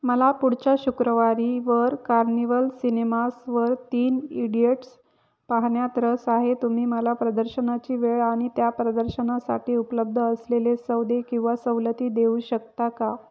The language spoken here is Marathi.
मला पुढच्या शुक्रवारी वर कार्निवल सिनेमास वर तीन इडियट्स पाहण्यात रस आहे तुम्ही मला प्रदर्शनाची वेळ आणि त्या प्रदर्शनासाठी उपलब्ध असलेले सौदे किंवा सवलती देऊ शकता का